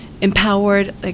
empowered